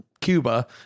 Cuba